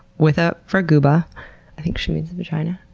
with a varguba i think she means a vagina,